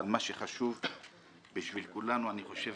אבל מה שחשוב בשביל כולנו אני חושב,